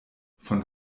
von